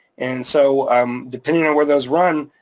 and so um depending on where those run,